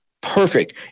perfect